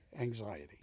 anxiety